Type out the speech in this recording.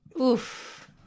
Oof